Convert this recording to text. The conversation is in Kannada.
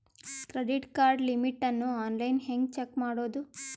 ಕ್ರೆಡಿಟ್ ಕಾರ್ಡ್ ಲಿಮಿಟ್ ಅನ್ನು ಆನ್ಲೈನ್ ಹೆಂಗ್ ಚೆಕ್ ಮಾಡೋದು?